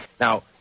Now